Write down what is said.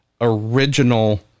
original